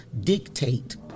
dictate